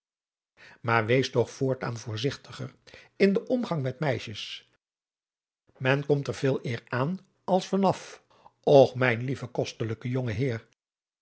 maar wees toch voortaan voorzigtiger in den omgang met meisjes men komt er veel eer aan als van af och mijn lieve kostelijke jonge